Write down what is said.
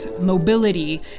mobility